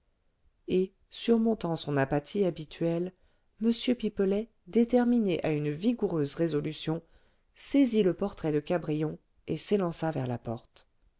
et surmontant son apathie habituelle m pipelet déterminé à une vigoureuse résolution saisit le portrait de cabrion et s'élança vers la porte